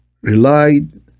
relied